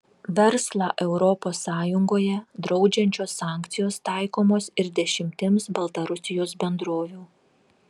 verslą europos sąjungoje draudžiančios sankcijos taikomos ir dešimtims baltarusijos bendrovių